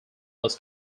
was